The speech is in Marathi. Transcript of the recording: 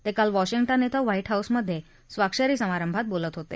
ते काल वॉशिंग्टन कें व्हाईट हाऊसमधे स्वाक्षरी समारंभात बोलत होते